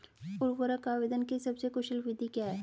उर्वरक आवेदन की सबसे कुशल विधि क्या है?